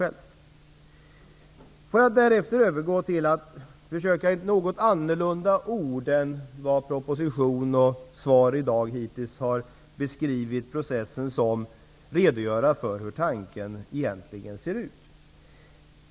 Jag skall därefter övergå till att försöka att med något annorlunda ord än vad som använts i propositionen och i interpellationssvaret beskriva processen och redogöra för hur tanken egentligen ser ut.